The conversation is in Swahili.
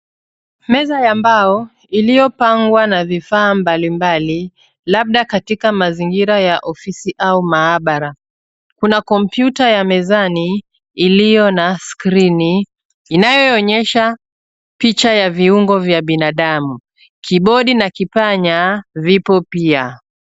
Meza ya mbao iliyopangwa na vifaa mbalimbali labda katila mazingira ya ofisi au maabara. Kuna kompyuta ya mezani iliyo na skrini inayoonyesha picha ya viungo za binadamu. Kibodi na kipanya vipo pia.